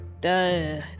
Duh